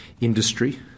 industry